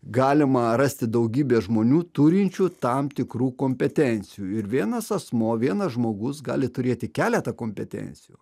galima rasti daugybė žmonių turinčių tam tikrų kompetencijų ir vienas asmuo vienas žmogus gali turėti keletą kompetencijų